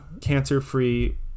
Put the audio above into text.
Cancer-free